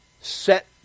set